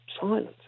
silent